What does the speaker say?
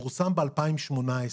הלשכה המרכזית לסטטיסטיקה פורסם ב-2018.